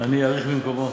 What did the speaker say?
אני אאריך במקומו.